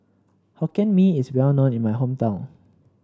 Hokkien Mee is well known in my hometown